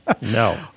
No